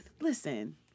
Listen